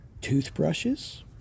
Toothbrushes